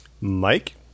Mike